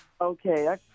Okay